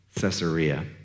Caesarea